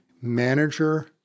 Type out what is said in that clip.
manager